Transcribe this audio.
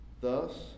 Thus